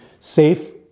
safe